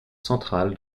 central